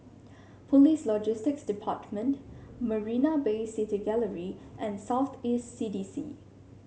Police Logistics Department Marina Bay City Gallery and South East C D C